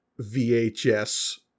VHS